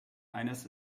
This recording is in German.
eines